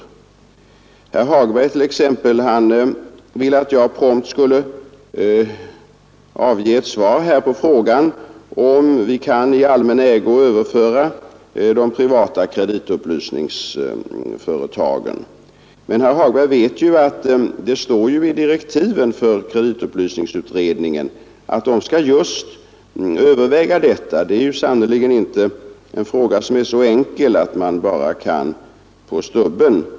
Herr Hagberg vill att jag prompt skall avge ett svar på frågan om vi kan i allmän ägo överföra de privata kreditupplysningsföretagen, men herr Hagberg vet ju att det står i direktiven för kreditupplysningsutredningen att den just skall överväga detta. Det är sannerligen inte en fråga som är så enkel att man kan besluta sig ”på stubben”.